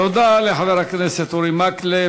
תודה לחבר הכנסת אורי מקלב.